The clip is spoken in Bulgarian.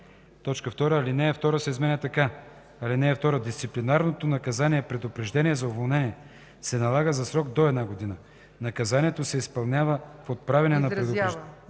2. Алинея 2 се изменя така: „(2) Дисциплинарното наказание „предупреждение за уволнение” се налага за срок до една година. Наказанието се изразява в отправяне на предупреждение,